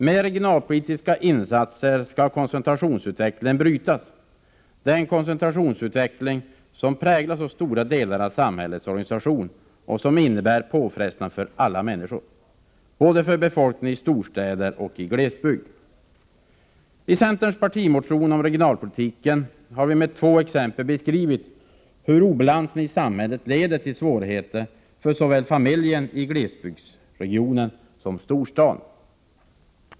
Med regionalpolitiska insatser skall koncentrationsutvecklingen brytas — den koncentrationsutveckling som präglar stora delar av samhällets organisation och som innebär påfrestningar för alla, för befolkningen i storstäder och för människorna i glesbygd. I centerns partimotion om regionalpolitiken har vi med två exempel beskrivit hur obalansen i samhället leder till svårigheter för familjer i såväl glesbygden som storstaden.